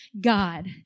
God